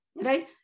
right